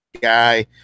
guy